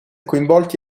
coinvolti